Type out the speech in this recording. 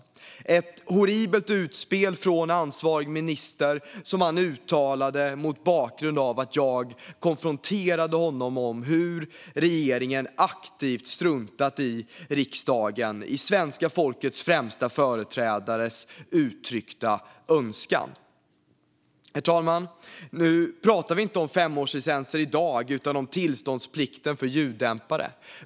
Det var ett horribelt utspel från ansvarig minister som han uttalade mot bakgrund av att jag konfronterade honom om hur regeringen aktivt struntat i riksdagens, svenska folkets främsta företrädares, uttryckta önskan. Herr talman! Nu pratar vi inte om femårslicenser i dag utan om tillståndsplikten för ljuddämpare.